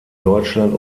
deutschland